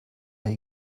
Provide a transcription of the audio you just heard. der